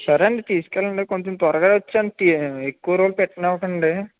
సరే అండి తీసుకెళ్ళండి కొంచెం త్వరగా వచ్చేయండి తీ ఎక్కువ రోజులు పెట్టనివ్వకండి